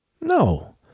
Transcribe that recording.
No